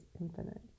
infinite